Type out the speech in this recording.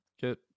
get